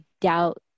doubt